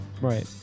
Right